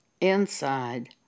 inside